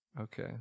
Okay